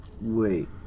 Wait